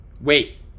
Wait